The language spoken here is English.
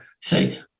say